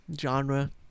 genre